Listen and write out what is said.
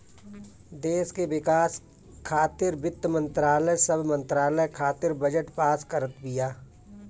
देस के विकास खातिर वित्त मंत्रालय सब मंत्रालय खातिर बजट पास करत बिया